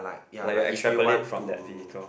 like you extrapolate from that vehicle